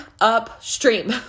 upstream